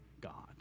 God